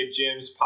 gyms